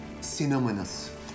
synonymous